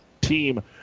team